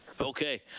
Okay